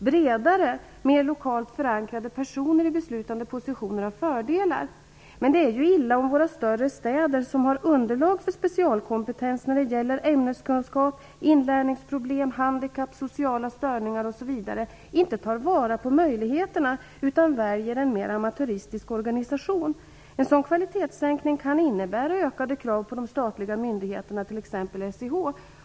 Bredare, mer lokalt förankrade personer i beslutande positioner har fördelar, men det är ju illa om våra större städer, som har underlag för specialkompetens när det gäller ämneskunskap, inlärningsproblem, handikapp, sociala störningar osv., inte tar vara på möjligheterna utan väljer en mera amatöristisk organisation. En sådan kvalitetssänkning kan innebära ökade krav på de statliga myndigheterna.